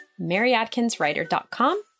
maryadkinswriter.com